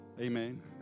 Amen